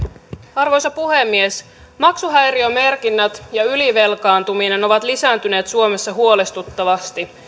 arvoisa puhemies maksuhäiriömerkinnät ja ylivelkaantuminen ovat lisääntyneet suomessa huolestuttavasti